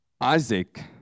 Isaac